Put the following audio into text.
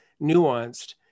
nuanced